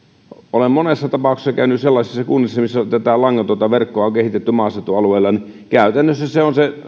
olen monessa tapauksessa käynyt sellaisissa kunnissa missä tätä langatonta verkkoa on kehitetty maaseutualueella ja käytännössä se